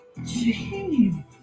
Jeez